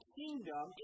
kingdom